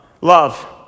love